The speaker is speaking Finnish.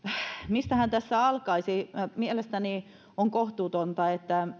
mistähän tässä alkaisi mielestäni on kohtuutonta että edustaja tavio